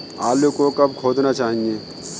आलू को कब खोदना चाहिए?